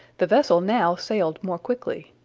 the vessel now sailed more quickly.